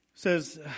says